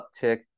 uptick